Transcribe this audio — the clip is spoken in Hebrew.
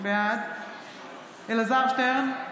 בעד אלעזר שטרן,